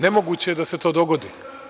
Nemoguće je da se to dogodi.